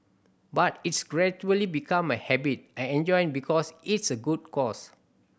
but it's gradually become a habit I enjoy because it's a good cause